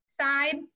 side